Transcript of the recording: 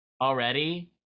already